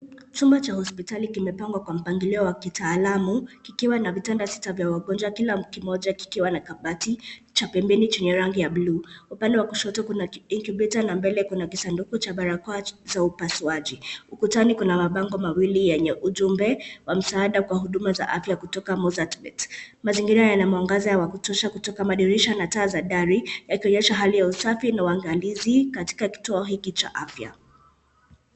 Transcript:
Chumba cha hospitali kimepangwa kwa mpangilio wa kitaalamu, kikiwa na vitanda sita vya wagonjwa, kila kimoja kikiwa na kabati cha pembeni chenye rangi ya buluu. Upande wa kushoto kuna incubator na mbele kuna kisanduku cha barakoa za upasuaji. Ukutani kuna mabango mawili yenye ujumbe wa msaada kwa huduma za afya kutoka Mozart Bet . Mazingira yana mwangaza wa kutosha kutoka madirisha na taa za dari yakioyesha hali ya usafi na uangalizi katika kituo hiki cha afya.